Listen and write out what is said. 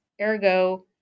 Ergo